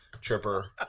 Tripper